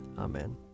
Amen